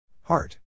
Heart